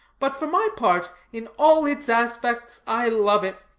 but for my part, in all its aspects, i love it.